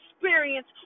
experience